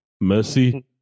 Mercy